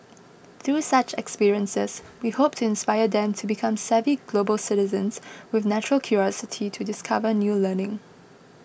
through such experiences we hope to inspire them to become savvy global citizens with natural curiosity to discover new learning